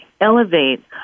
elevate